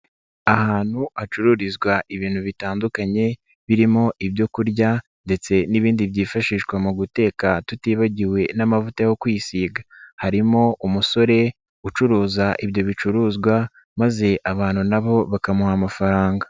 Ahantu hacururizwa ibintu bitandukanye birimo ibyo kurya ndetse n'ibindi byifashishwa mu guteka tutibagiwe n'amavuta yo kwisiga, harimo umusore ucuruza ibyo bicuruzwa maze abantu na bo bakamuha amafaranga.